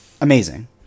amazing